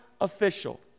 official